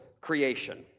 creation